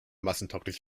massentauglich